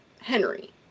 Henry